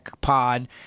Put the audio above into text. pod